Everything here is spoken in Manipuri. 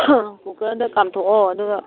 ꯀꯨꯀꯔꯗ ꯀꯥꯝꯊꯣꯛꯑꯣ ꯑꯗꯨꯒ